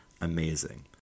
amazing